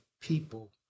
people